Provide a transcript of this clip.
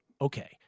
Okay